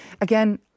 Again